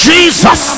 Jesus